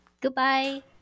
Goodbye